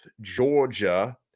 Georgia